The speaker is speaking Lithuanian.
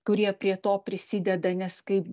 kurie prie to prisideda nes kai